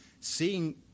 seeing